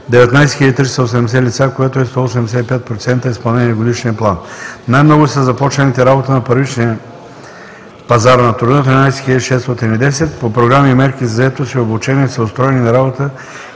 19 380 лица, което е 185% изпълнение на годишния план. Най-много са започналите работа на първичния пазар на труда – 13 610 лица. По програми и мерки за заетост и обучение са устроени на работа